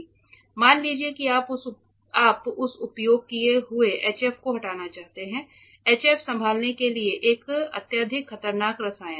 मान लीजिए कि आप उस उपयोग किये हुए HF को हटाना चाहते हैं HF संभालने के लिए एक अत्यधिक खतरनाक रसायन है